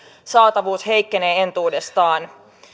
saatavuus heikkenee entuudestaan